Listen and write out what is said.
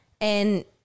and-